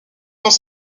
quand